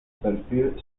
perfil